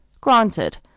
Granted